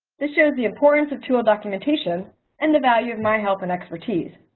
this shows the importance of tool documentation and the value of my health and expertise.